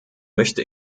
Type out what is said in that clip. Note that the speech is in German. möchte